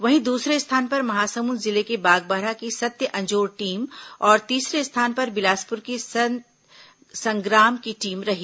वहीं दूसरे स्थान पर महासमुंद जिले के बागबाहरा की सत्य अंजोर टीम और तीसरे स्थान पर बिलासपुर की सत संग्राम की टीम रही